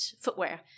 footwear